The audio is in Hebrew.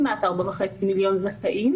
כמעט 4.5 מיליון זכאים,